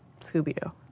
Scooby-Doo